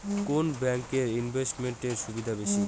কোন ব্যাংক এ ইনভেস্টমেন্ট এর সুবিধা বেশি?